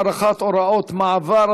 הארכת הוראות מעבר),